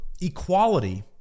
equality